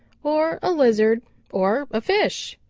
or a lizard or a fish.